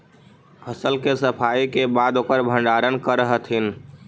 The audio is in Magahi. फसल के सफाई के बाद ओकर भण्डारण करऽ हथिन